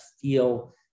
feel